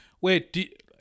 Wait